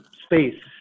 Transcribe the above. space